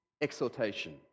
exhortation